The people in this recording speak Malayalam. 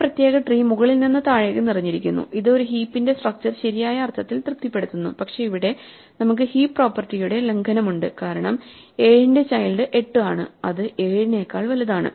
ഈ പ്രത്യേക ട്രീ മുകളിൽ നിന്ന് താഴേക്ക് നിറഞ്ഞിരിക്കുന്നു ഇത് ഒരു ഹീപ്പിന്റെ സ്ട്രക്ച്ചർ ശരിയായ അർത്ഥത്തിൽ തൃപ്തിപ്പെടുത്തുന്നു പക്ഷേ ഇവിടെ നമുക്ക് ഹീപ്പ് പ്രോപ്പർട്ടിയുടെ ലംഘനമുണ്ട് കാരണം 7 ന്റെ ചൈൽഡ് 8 ആണ് അത് 7 നേക്കാൾ വലുതാണ്